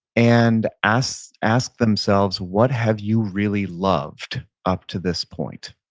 and ask ask themselves, what have you really loved up to this point?